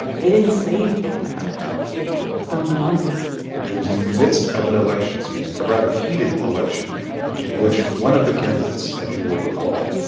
they didn't say anything about it for months it was in the midst of an election season a rather heated election in which one of the candidates, as you will recall,